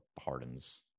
Harden's